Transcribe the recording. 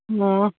ꯑꯣ